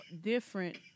different